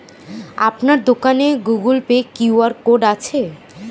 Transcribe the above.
আপনার দোকানে Google pay QR code আছে?